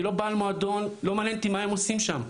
אני לא בעל מועדון ולא מעניין אותי מה הם עושים שם.